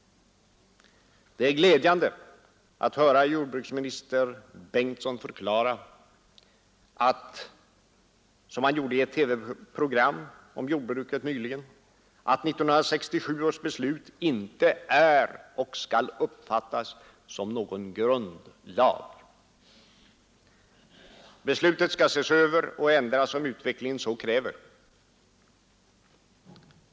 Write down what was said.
Det är glädjande att höra jordbruksminister Bengtsson förklara, som han gjorde i ett TV-program om jordbruket nyligen, att 1967 års beslut inte är och inte skall uppfattas som någon grundlag. Beslutet skall ses över och ändras om utvecklingen så kräver.